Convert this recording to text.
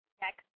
next